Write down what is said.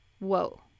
Whoa